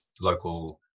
local